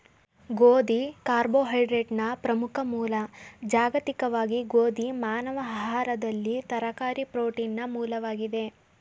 ಗೋಧಿ ಕಾರ್ಬೋಹೈಡ್ರೇಟ್ನ ಪ್ರಮುಖ ಮೂಲ ಜಾಗತಿಕವಾಗಿ ಗೋಧಿ ಮಾನವ ಆಹಾರದಲ್ಲಿ ತರಕಾರಿ ಪ್ರೋಟೀನ್ನ ಮೂಲವಾಗಿದೆ